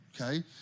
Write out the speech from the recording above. Okay